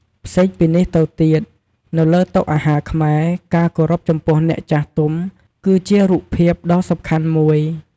ផ្សេងពីនេះទៅទៀត នៅលើតុអាហារខ្មែរ ការគោរពចំពោះអ្នកចាស់ទុំ គឺជារូបភាពដ៏សំខាន់មួយ។